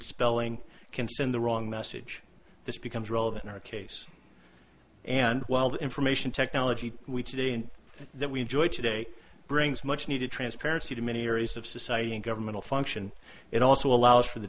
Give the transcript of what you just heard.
spelling can send the wrong message this becomes relevant in our case and while the information technology we today and that we enjoy today brings much needed transparency to many areas of society and government function it also allows for the